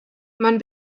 man